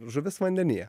žuvis vandenyje